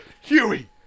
Huey